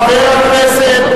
חבר הכנסת,